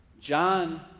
John